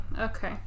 Okay